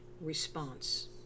response